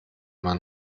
man